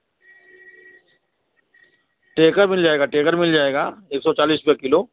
taker मिल जाएगा टेकर मिल जाएगा एक सौ चालीस का किलो